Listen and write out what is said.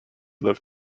love